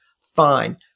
Fine